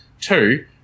Two